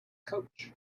coach